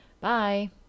bye